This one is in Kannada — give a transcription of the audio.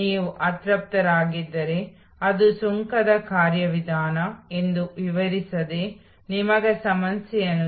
ನಾವು ಈ ಮೊದಲು ಚರ್ಚಿಸಿದ್ದೇವೆ ಸಾಮಾನ್ಯವಾಗಿ ನಾವು ಈ ಸೇವೆಯ ನೀಲಿ ನಕ್ಷೆಯನ್ನು